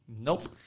Nope